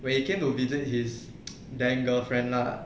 when he came to visit his then girlfriend lah